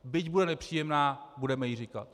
Byť bude nepříjemná, budeme ji říkat.